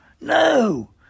No